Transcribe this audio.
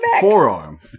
forearm